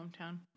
hometown